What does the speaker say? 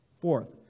fourth